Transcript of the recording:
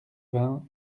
vingt